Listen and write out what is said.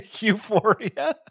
Euphoria